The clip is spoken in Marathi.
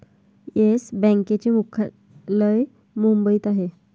येस बँकेचे मुख्यालय मुंबईत आहे